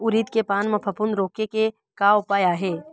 उरीद के पान म फफूंद रोके के का उपाय आहे?